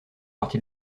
partie